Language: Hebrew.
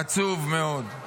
עצוב מאוד.